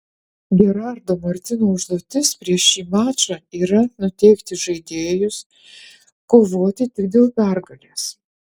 gerardo martino užduotis prieš šį mačą yra nuteikti žaidėjus kovoti tik dėl pergalės